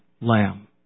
lamb